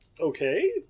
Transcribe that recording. okay